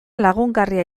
lagungarria